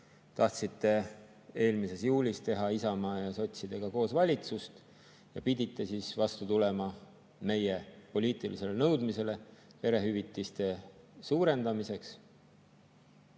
tahtsite eelmise aasta juulis teha Isamaa ja sotsidega koos valitsust ja pidite vastu tulema meie poliitilisele nõudmisele perehüvitiste suurendamiseks.